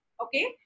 okay